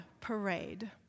parade